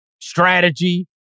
strategy